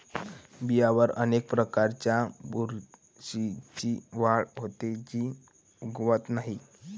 बियांवर अनेक प्रकारच्या बुरशीची वाढ होते, जी उगवत नाही